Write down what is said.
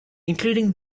including